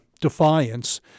defiance